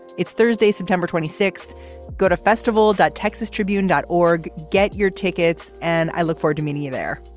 it's thursday september twenty six go to festival dot texas tribune dot org. get your tickets and i look forward to meeting you there.